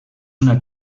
una